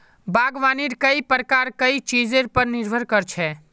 बागवानीर कई प्रकार कई चीजेर पर निर्भर कर छे